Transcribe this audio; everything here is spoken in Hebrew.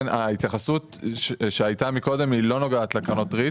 ההתייחסות שהייתה מקודם לא נוגעת לקרנות ריט,